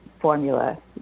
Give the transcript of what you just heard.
formula